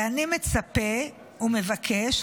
ואני מצפה ומבקש,